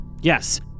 Yes